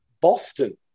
Boston